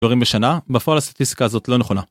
דברים בשנה בפועל הסטטיסטיקה הזאת לא נכונה.